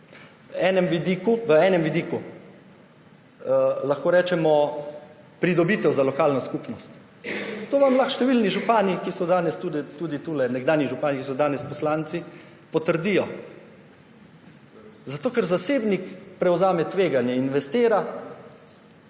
v enem vidiku pridobitev za lokalno skupnost, vam lahko številni župani, ki so danes tudi tukaj, nekdanji župani, ki so danes poslanci, potrdijo. Zato ker zasebnik prevzame tveganje, investira